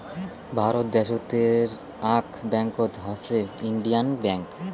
ভারত দ্যাশোতের আক ব্যাঙ্কত হসে ইন্ডিয়ান ব্যাঙ্ক